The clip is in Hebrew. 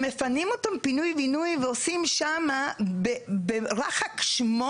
הם מפנים אותם פינוי בינוי ועושים שם רח"ק 8,